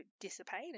dissipate